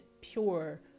pure